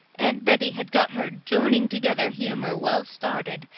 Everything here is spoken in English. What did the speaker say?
aunt bettie had got her joining-together humour well started,